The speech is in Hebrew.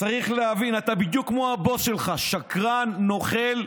צריך להבין, אתה בדיוק כמו הבוס שלך, שקרן, נוכל,